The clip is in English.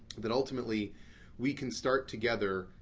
that ultimately we can start together,